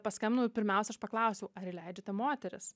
paskambinau pirmiausia aš paklausiau ar įleidžiate moteris